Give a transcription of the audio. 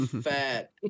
fat